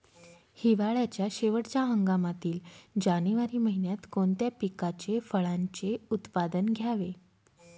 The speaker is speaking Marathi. हिवाळ्याच्या शेवटच्या हंगामातील जानेवारी महिन्यात कोणत्या पिकाचे, फळांचे उत्पादन घ्यावे?